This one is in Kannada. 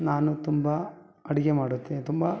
ನಾನು ತುಂಬ ಅಡಿಗೆ ಮಾಡುತ್ತೆ ತುಂಬ